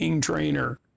trainer